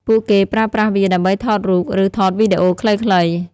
ពួកគេប្រើប្រាស់វាដើម្បីថតរូប ឬថតវីដេអូខ្លីៗ។